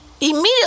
immediately